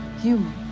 Human